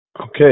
Okay